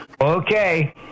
Okay